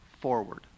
forward